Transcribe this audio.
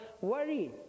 worry